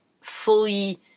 fully